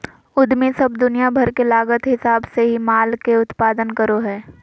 उद्यमी सब दुनिया भर के लागत के हिसाब से ही माल के उत्पादन करो हय